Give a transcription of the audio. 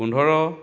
পোন্ধৰ